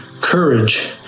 courage